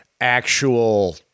actual